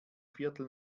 viertel